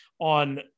On